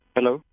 Hello